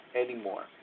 anymore